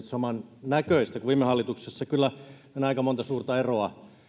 samannäköistä kuin viime hallituksessa kyllä on aika monta suurta eroa